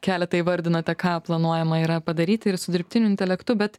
keletą įvardinote ką planuojama yra padaryti ir su dirbtiniu intelektu bet